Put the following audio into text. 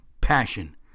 Passion